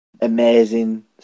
amazing